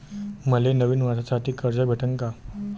मले नवीन वर्षासाठी कर्ज भेटन का?